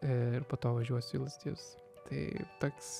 ir po to važiuosiu į lazdijus tai toks